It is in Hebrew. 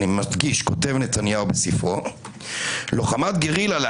אני מדגיש: כותב נתניהו בספרו להבדיל